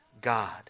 God